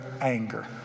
anger